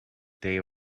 day